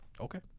okay